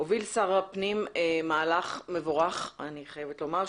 הוביל שר הפנים מהלך מבורך אני חייבת לומר,